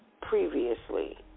previously